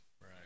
Right